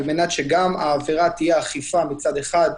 על מנת שהעבירה תהיה אכיפה מצד אחד,